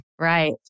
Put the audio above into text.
Right